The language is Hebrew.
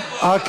לא יאומן.